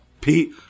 Pete